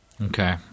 Okay